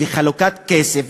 וחלוקת כסף,